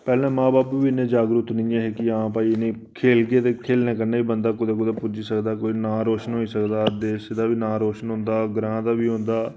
पैह्लें मां बब्ब बी इन्ने जागरूक निं हे कि हां भई इनेंगी खेलगे ते खेलने कन्नै बी बंदा कुदै कुदै पुज्जी सकदा कोई नांऽ रोशन होई सकदा देश दा बी नांऽ रोशन होंदा ते ग्रांऽ दा बी होंदा